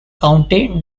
county